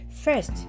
first